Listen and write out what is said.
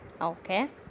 Okay